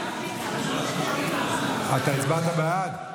הצבעתי בעד, אתה הצבעת בעד?